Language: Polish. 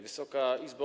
Wysoka Izbo!